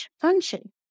function